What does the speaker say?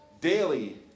daily